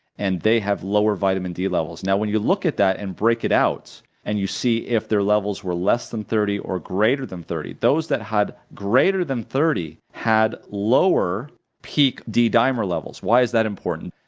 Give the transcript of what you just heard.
and they have lower vitamin d levels. now when you look at that and break it out and you see if their levels were less than thirty or greater than thirty, those that had greater than thirty had lower peak d-dimer levels. why is that important?